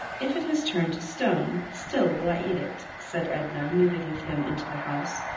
if it has turned to stone, still will i eat it, said edna, moving with him into the house.